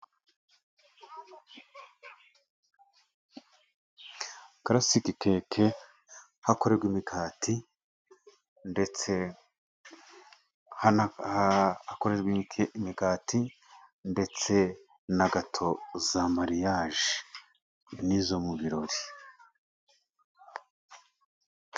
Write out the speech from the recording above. Karasike keke, hakorerwa imikati ndetse, hakorerwa imigati ndetse na gato za mariyaje n'izo mu birori.